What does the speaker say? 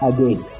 Again